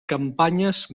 campanyes